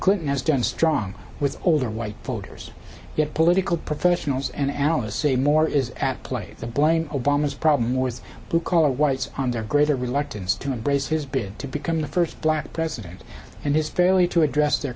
clinton has done strong with older white voters yet political professionals and analysts say more is at play the blame obama's problem with blue collar whites on their great reluctance to embrace his bid to become the first black president and his failure to address their